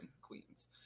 queens